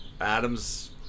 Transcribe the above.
Adam's